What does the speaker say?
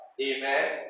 Amen